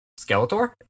Skeletor